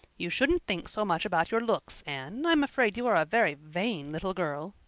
you shouldn't think so much about your looks, anne. i'm afraid you are a very vain little girl.